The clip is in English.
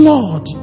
Lord